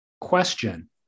question